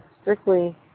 strictly